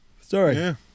Sorry